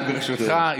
רק ברשותך.